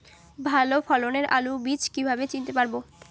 ভালো ফলনের আলু বীজ কীভাবে চিনতে পারবো?